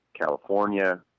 California